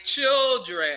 children